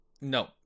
No